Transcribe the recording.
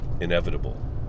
inevitable